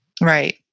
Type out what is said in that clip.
Right